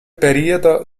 periodo